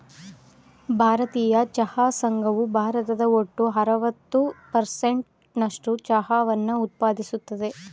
ಭಾರತೀಯ ಚಹಾ ಸಂಘವು ಭಾರತದ ಒಟ್ಟು ಅರವತ್ತು ಪರ್ಸೆಂಟ್ ನಸ್ಟು ಚಹಾವನ್ನ ಉತ್ಪಾದಿಸ್ತದೆ